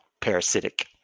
parasitic